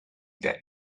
that